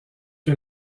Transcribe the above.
que